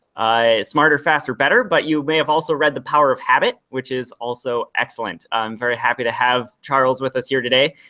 smarter faster better, but you may have also read the power of habit which is also excellent. i'm very happy to have charles with us here today.